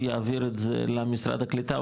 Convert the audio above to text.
הוא יעביר את זה למשרד הקליטה,